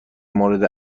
مورد